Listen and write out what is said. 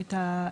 תודה.